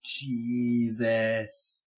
Jesus